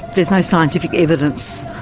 there's no scientific evidence,